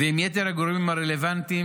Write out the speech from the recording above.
ועם יתר הגורמים הרלוונטיים.